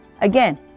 Again